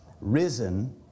risen